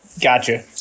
gotcha